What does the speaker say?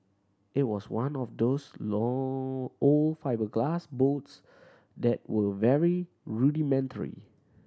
it was one of those low old fibreglass boats that were very rudimentary